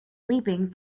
leaping